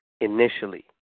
initially